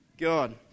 God